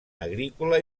agrícola